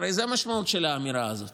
הרי זו המשמעות של האמירה הזאת.